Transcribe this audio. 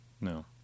No